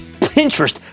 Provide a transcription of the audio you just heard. pinterest